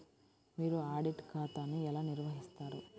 మీరు ఆడిట్ ఖాతాను ఎలా నిర్వహిస్తారు?